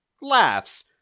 laughs